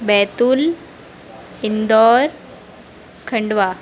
Betul Indore Khandwa